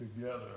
together